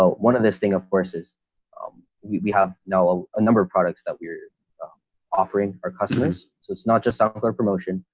so one of this thing, of course, is we have now a ah number of products that we're offering our customers. so it's not just software promotion,